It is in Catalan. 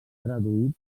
traduït